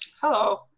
Hello